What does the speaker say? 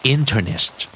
Internist